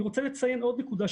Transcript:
אני רוצה לציין עוד נקודה,